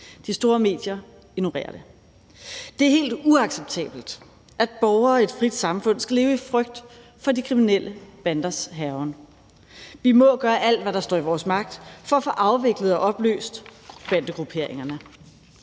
De store medier ignorerer det. Det er helt uacceptabelt, at borgere i et frit samfund skal leve i frygt for de kriminelle banders hærgen. Vi må gøre alt, hvad der står i vores magt, for at få afviklet og opløst bandegrupperingerne.